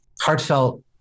heartfelt